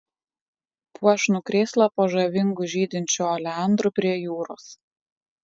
puošnų krėslą po žavingu žydinčiu oleandru prie jūros